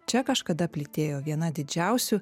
čia kažkada plytėjo viena didžiausių